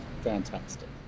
fantastic